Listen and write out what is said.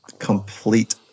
complete